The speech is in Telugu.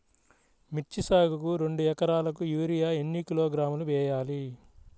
మిర్చి సాగుకు రెండు ఏకరాలకు యూరియా ఏన్ని కిలోగ్రాములు వేయాలి?